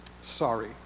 sorry